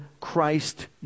Christ